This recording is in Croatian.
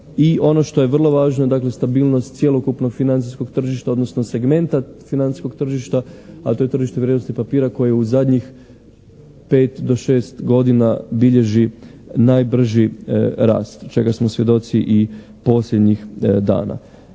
I ono što je vrlo važno dakle stabilnost cjelokupnog financijskog tržišta odnosno segmenta financijskog tržišta a to je tržište vrijednosnih papira koje u zadnjih 5 do 6 godina bilježi najbrži rast čega smo svjedoci i posljednjih dana.